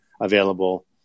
available